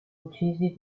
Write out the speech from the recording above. uccisi